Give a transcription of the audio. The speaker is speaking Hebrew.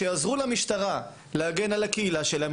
שיעזרו למשטרה להגן על הקהילה שלהם,